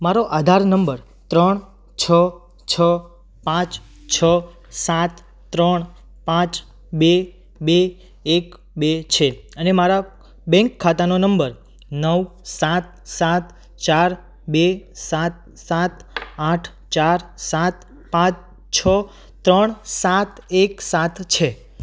મારો આધાર નંબર ત્રણ છ છ પાંચ છ સાત ત્રણ પાંચ બે બે એક બે છે અને મારા બેંક ખાતાનો નંબર નવ સાત સાત ચાર બે સાત સાત આઠ ચાર સાત પાંચ છ ત્રણ સાત એક સાત છે